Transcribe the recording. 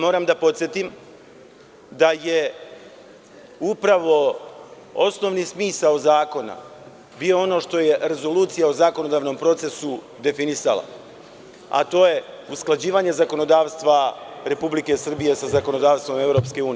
Moram da podsetim da je upravo osnovni smisao zakona bio ono što je Rezolucija o zakonodavnom procesu definisala, a to je usklađivanje zakonodavstva Republike Srbije sa zakonodavstvom EU.